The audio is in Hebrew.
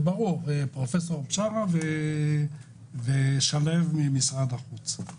ובנוסף פרופ' בשאראת וזיו שלו ממשרד החוץ ואני.